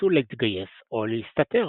אולצו להתגייס או להסתתר.